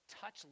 touch